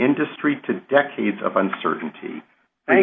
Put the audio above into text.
industry to decades of uncertainty